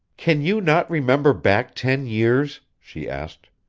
can you not remember back ten years? she asked.